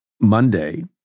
Monday